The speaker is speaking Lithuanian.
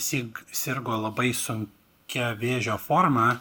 sink sirgo labai sunkia vėžio forma